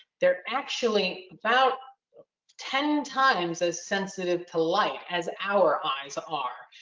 they're actually about ten times as sensitive to light as our eyes are.